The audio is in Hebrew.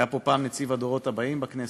היה פה פעם נציב הדורות הבאים בכנסת.